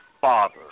father